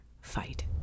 fight